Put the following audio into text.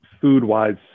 food-wise